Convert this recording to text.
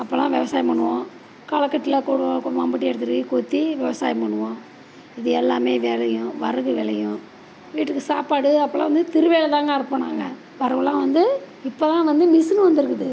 அப்போல்லாம் விவசாயம் பண்ணுவோம் களக்கட்டில் கூடுவோம் கூ மம்பட்டிய எடுத்துட்டு கொத்தி விவசாயம் பண்ணுவோம் இது எல்லாம் விளையும் வரகு விளையும் வீட்டுக்கு சாப்பாடு அப்போல்லாம் வந்து திருவையில் தாங்க அரைப்போம் நாங்கள் வரகுல்லாம் வந்து இப்போ தான் வந்து மிஸின் வந்துருக்குது